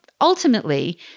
ultimately